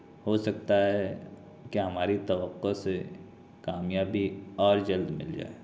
ہو سکتا ہے کہ ہماری توقع سے کامیابی اور جلد مل جائے